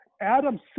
Adam